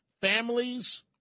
families